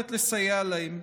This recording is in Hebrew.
היכולת לסייע להן.